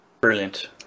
brilliant